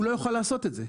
הוא לא יוכל לעשות את זה.